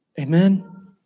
Amen